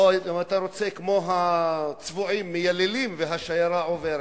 או אם אתה רוצה: זה כמו הצבועים מייללים והשיירה עוברת.